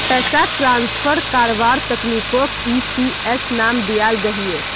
पैसाक ट्रान्सफर कारवार तकनीकोक ई.सी.एस नाम दियाल गहिये